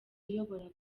uyobora